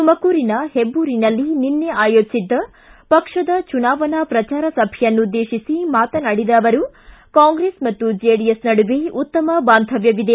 ತುಮಕೂರಿನಲ್ಲಿ ಹೆಬ್ದೂರಿನಲ್ಲಿ ನಿನ್ನೆ ಆಯೋಜಿಸಿದ್ದ ಪಕ್ಷದ ಚುನಾವಣಾ ಪ್ರಚಾರ ಸಭೆಯನ್ನುದ್ದೇಶಿಸಿ ಮಾತನಾಡಿದ ಅವರು ಕಾಂಗ್ರೆಸ್ ಮತ್ತು ಜೆಡಿಎಸ್ ನಡುವೆ ಉತ್ತಮ ಬಾಂಧವ್ಯವಿದೆ